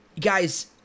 guys